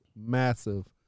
massive